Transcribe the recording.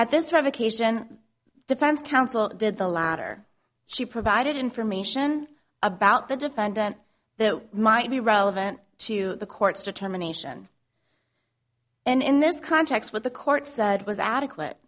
at this revocation defense counsel did the latter she provided information about the defendant that might be relevant to the court's determination and in this context what the court said was adequate